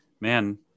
man